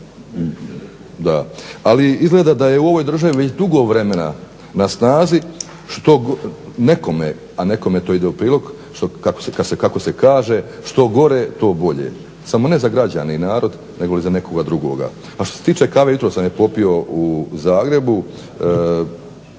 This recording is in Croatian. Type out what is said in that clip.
Ali izgleda da je u ovoj državi već dugo vremena na snazi što nekome, a nekome to ide u prilog kako se kaže, što gore to bolje, samo ne za građane i narod negoli za nekoga drugoga. A što se tiče kave jutros sam je popio u Zagrebu